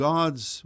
God's